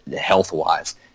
health-wise